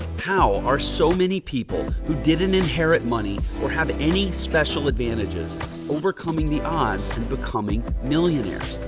how are so many people who didn't inherit money or have any special advantages overcoming the odds and becoming millionaires?